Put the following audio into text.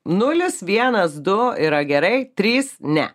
nulis vienas du yra gerai trys ne